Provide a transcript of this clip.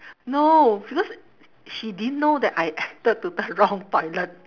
no because she didn't know that I entered to the wrong toilet